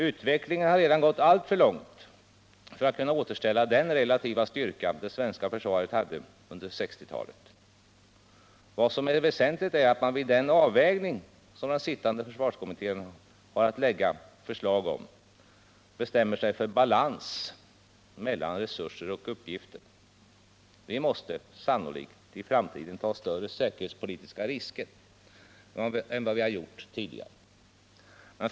Utvecklingen har redan gått alltför långt för att vi skall kunna återställa den relativa styrka det svenska försvaret hade under 1960-talet. Vad som är väsentligt är att man vid den avvägning som den sittande försvarskommittén har att lägga förslag om bestämmer sig för balans mellan resurser och uppgifter. Vi måste sannolikt i framtiden ta större säkerhetspolitiska risker än vad vi har gjort tidigare.